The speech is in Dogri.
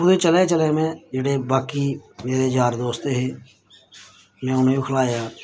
कुदै चलै चलै में जेह्ड़े बाकी मेरे यार दोस्त हे में उ'नेंगी बी खलाया